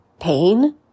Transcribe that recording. pain